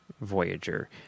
Voyager